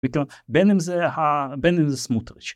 בין אם זה ה... בין אם זה סמוטריץ'.